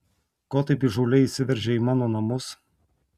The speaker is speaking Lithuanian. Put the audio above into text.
ko taip įžūliai įsiveržei į mano namus